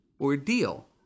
ordeal